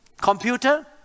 Computer